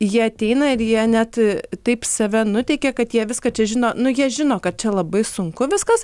jie ateina ir jie net taip save nuteikia kad jie viską čia žino nu jie žino kad čia labai sunku viskas